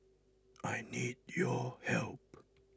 I need your help